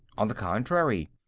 on the contrary,